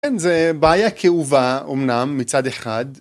כן, זה בעיה כאובה אמנם, מצד אחד.